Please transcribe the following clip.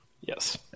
Yes